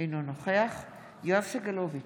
אינו נוכח יואב סגלוביץ'